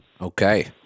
Okay